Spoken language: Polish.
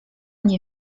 nie